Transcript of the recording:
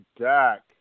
Dak